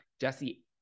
Jesse